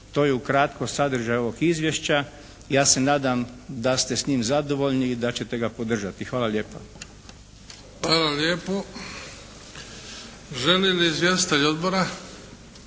to je ukratko sadržaj ovog izvješća. Ja se nadam da ste s njim zadovoljni i da ćete ga podržati. Hvala lijepa. **Bebić, Luka (HDZ)** Želi li izvjestitelj odbora?